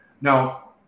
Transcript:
Now